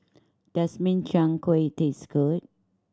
does Min Chiang Kueh taste good